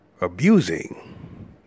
abusing